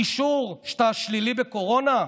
אישור שאתה שלילי בקורונה?